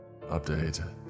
Update